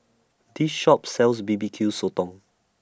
This Shop sells B B Q Sotong